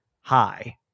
Hi